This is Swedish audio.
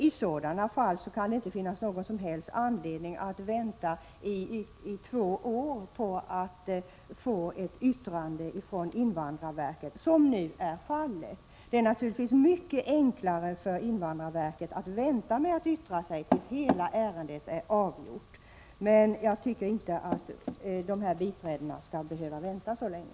I sådana fall kan det inte finnas någon som helst anledning att vänta i två år på att få ett yttrande från invandrarverket, som nu är fallet. Det är naturligtvis mycket enklare för invandrarverket att vänta med att yttra sig tills hela ärendet är avgjort, men jag tycker inte att de offentliga biträdena skall behöva vänta så länge.